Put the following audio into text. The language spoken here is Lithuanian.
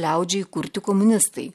liaudžiai kurti komunistai